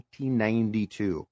1992